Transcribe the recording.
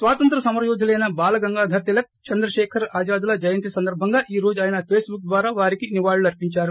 స్వాతంత్య సమరయోధులైన బాలగంగాధర్ తిలక్ చంద్రశేఖర్ ఆజాద్ల జయంతి సందర్బంగా ఈ రోజు ఆయన ఫేస్బుక్ ద్వారా వారికి నివాళులు అర్పించారు